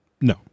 No